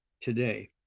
today